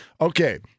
Okay